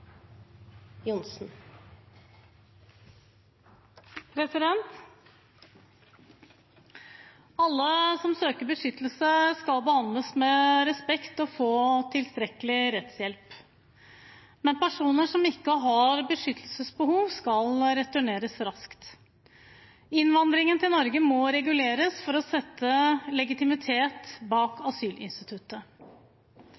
omme. Alle som søker beskyttelse, skal behandles med respekt og få tilstrekkelig rettshjelp. Men personer som ikke har beskyttelsesbehov, skal returneres raskt. Innvandringen til Norge må reguleres for å sette legitimitet bak